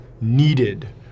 needed